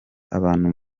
abantu